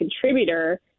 contributor